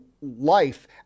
life